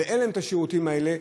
אין להם השירותים האלה.